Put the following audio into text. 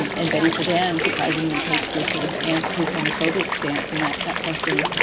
and and betty friedan surprisingly takes this sort of and this homophobic stance in that that question.